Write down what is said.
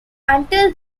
until